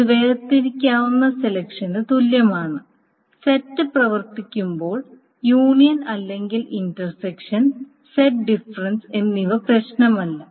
ഇത് വേർതിരിക്കാവുന്ന സെലക്ഷന് തുല്യമാണ് സെറ്റ് പ്രവർത്തിക്കുമ്പോൾ യൂണിയൻ അല്ലെങ്കിൽ ഇൻറ്റർസെക്ഷൻ സെറ്റ് ഡിഫറൻസ് എന്നിവ പ്രശ്നമല്ല